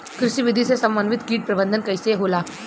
कृषि विधि से समन्वित कीट प्रबंधन कइसे होला?